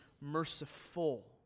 merciful